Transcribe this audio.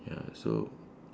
ya so